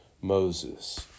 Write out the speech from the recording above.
Moses